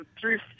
three